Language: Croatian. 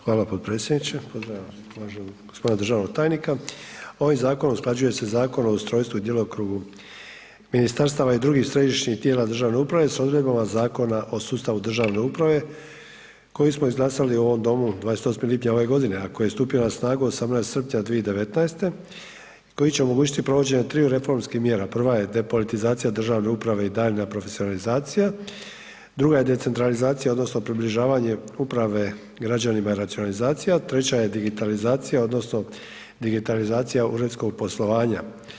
Hvala potpredsjedniče, pozdravljam uvaženog g. državnog tajnika, ovim zakonom usklađuje se Zakon o ustrojstvu i djelokrugu ministarstava i drugih središnjih tijela državne uprave s odredbama Zakona o sustavu državne uprave koji smo izglasali u ovom domu 28. lipnja ove godine, a koji je stupio na snagu 18. srpnja '19. i koji će omogućiti provođenju triju reformskih mjera, prva je depolitizacija državne uprave i daljnja profesionalizacija, druga je decentralizacija odnosno približavanje uprave građanima i racionalizacija, treća je digitalizacija odnosno digitalizacija uredskog poslovanja.